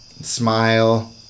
Smile